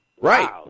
Right